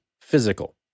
physical